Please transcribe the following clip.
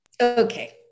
Okay